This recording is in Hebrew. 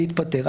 להתפטר.